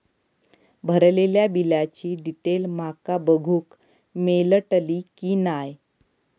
भरलेल्या बिलाची डिटेल माका बघूक मेलटली की नाय?